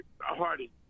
Hardy